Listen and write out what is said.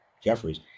Jeffries